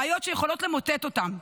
בעיות שיכולות למוטט אותם,